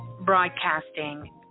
broadcasting